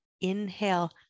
Inhale